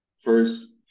First